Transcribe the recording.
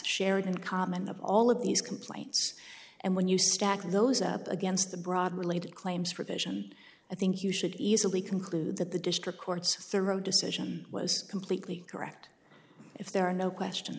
shared in common of all of these complaints and when you stack those up against the broad related claims for vision i think you should easily conclude that the district court's thorough decision was completely correct if there are no question